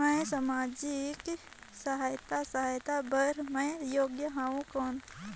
मैं समाजिक सहायता सहायता बार मैं योग हवं कौन?